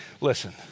listen